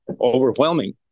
overwhelming